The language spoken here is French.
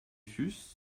fus